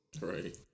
Right